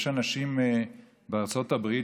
יש אנשים בארצות הברית,